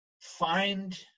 find